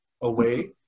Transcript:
away